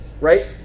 right